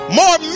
more